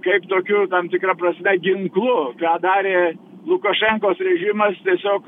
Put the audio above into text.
kaip tokiu tam tikra prasme ginklu ką darė lukašenkos režimas tiesiog